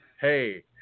hey